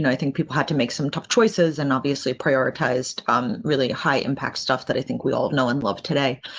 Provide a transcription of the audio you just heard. you know i think people had to make some tough choices and obviously prioritized um really high impact stuff that i think we all know, and love today.